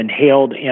inhaled